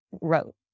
wrote